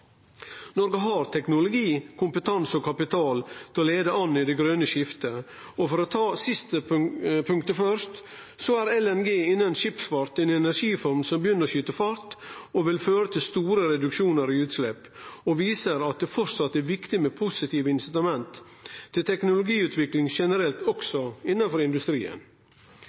Noreg har teknologi, kompetanse og kapital til å leie an i det grøne skiftet. For å ta det siste punktet først: LNG er innanfor skipsfart ei energiform som begynner å skyte fart, og ho vil føre til store reduksjonar i utslepp. Det viser at det framleis er viktig med positive incentiv til teknologiutvikling generelt, også innanfor industrien.